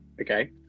okay